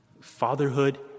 Fatherhood